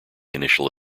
initial